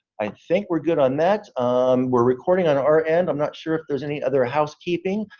i think we're good on that um we're recording on our end. i'm not sure if there's any other housekeeping.